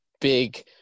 big